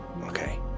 okay